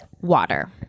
Water